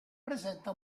presenta